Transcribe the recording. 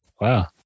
Wow